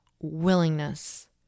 willingness